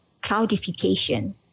cloudification